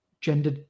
gender